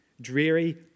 dreary